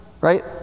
Right